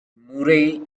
murray